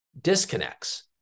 disconnects